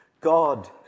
God